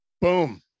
boom